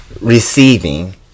receiving